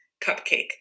cupcake